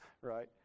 right